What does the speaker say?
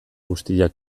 guztiak